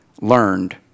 learned